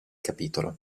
capitolo